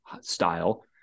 style